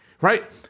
right